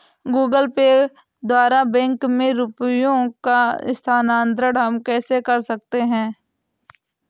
Google Pay द्वारा bank में रुपयों का स्थानांतरण हम कैसे कर सकते हैं?